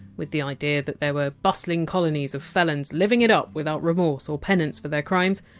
with the idea that there were bustling colonies of felons living it up without remorse or penance for their crimes,